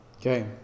Okay